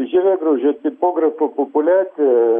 žievėgraužio tipografo populiaciją